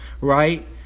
right